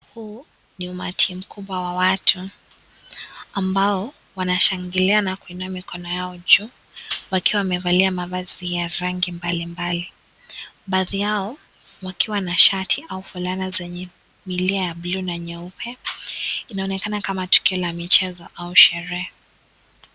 Huu ni umati mkubwa wa watu ambao wanashangilia na kuinua mikono yao juu wakiwa wamevalia mavazi ya rangi mbalimbali, baadhi yao wakiwa na shati au fulana zenye mileo ya buluu na nyeupe inaonekana kama tukio la michezo au sherehe.